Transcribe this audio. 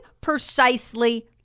precisely